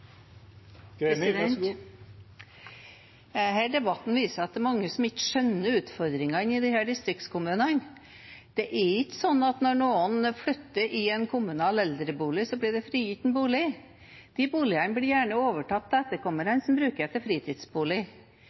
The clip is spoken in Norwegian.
mange som ikke skjønner utfordringene i distriktskommunene. Det er ikke slik at når noen flytter til en kommunal eldrebolig, så blir det frigitt en bolig. De boligene blir gjerne overtatt av etterkommerne, som bruker dem som fritidsbolig.